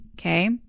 Okay